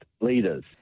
leaders